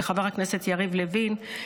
לחבר הכנסת יריב לוין,